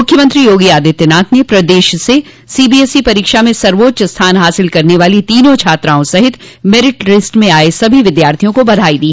मुख्यमंत्री योगी आदित्यनाथ ने प्रदेश से सीबीएसई परीक्षा में सर्वोच्च स्थान हासिल करने वाली तीनों छात्राओं सहित मेरिट लिस्ट में आये सभी विद्यार्थियों को बधाई दी